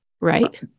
Right